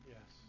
Yes